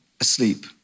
asleep